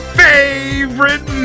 favorite